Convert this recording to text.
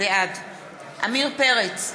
בעד עמיר פרץ,